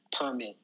permit